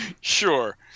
Sure